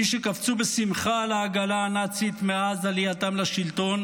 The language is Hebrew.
מי שקפצו בשמחה על העגלה הנאצית מאז עלייתם לשלטון